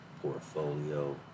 portfolio